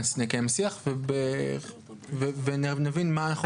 נקיים שיח ונבין מה אנחנו בדיוק נעשה.